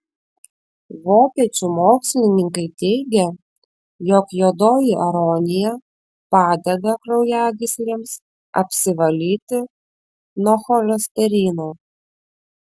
vokiečių mokslininkai teigia jog juodoji aronija padeda kraujagyslėmis apsivalyti nuo cholesterino